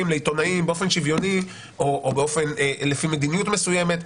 לעיתונאים באופן שוויוני או לפי מדיניות מסוימת.